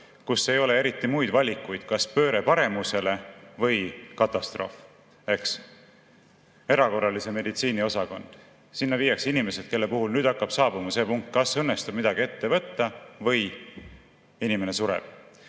kus ei ole eriti muid valikuid kui pööre paremusele või katastroof, eks. Erakorralise meditsiini osakonda viiakse inimesed, kelle puhul hakkab saabuma see punkt, kus kas õnnestub midagi ette võtta või inimene sureb.